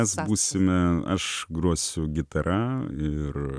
mes būsime aš grosiu gitara ir